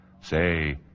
Say